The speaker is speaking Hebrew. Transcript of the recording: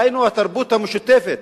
היינו התרבות המשותפת